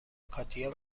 کاتیا